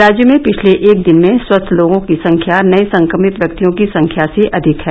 राज्य में पिछले एक दिन में स्वस्थ लोगों की संख्या नए संक्रमित व्यक्तियों की संख्या से अधिक है